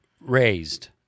raised